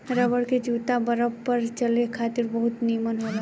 rubber के जूता बरफ पर चले खातिर बहुत निमन होला